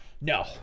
No